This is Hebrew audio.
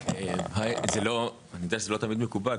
אני יודע שזה לא תמיד מקובל,